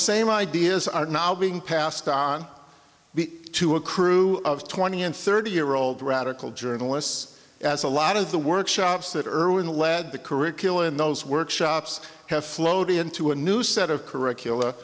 same ideas are now being passed on the two a crew of twenty and thirty year old radical journalists as a lot of the workshops that irwin led the curricula in those workshops have flowed into a new set of curricula